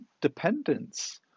dependence